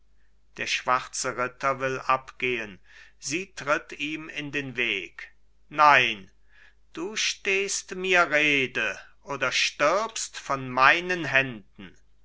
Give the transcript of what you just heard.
der schwarze ritter will abgehen sie tritt ihm in den weg nein du stehst mir rede oder stirbst von meinen händen